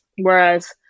Whereas